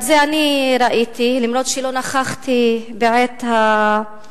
את זה אני ראיתי, אף שלא נכחתי בעת ההתקפה.